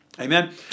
Amen